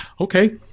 Okay